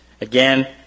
Again